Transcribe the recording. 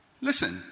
Listen